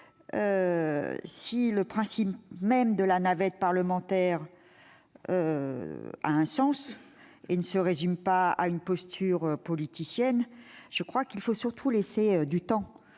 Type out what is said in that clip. si le principe même de la navette parlementaire a un sens et ne se résume pas à une posture politicienne, il faut laisser du temps